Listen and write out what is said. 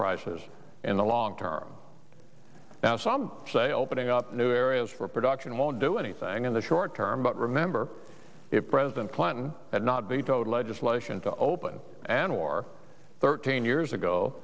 prices in the long term now some say opening up new areas for production won't do anything in the short term but remember if president clinton had not vetoed legislation to open and war thirteen years ago